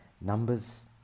Numbers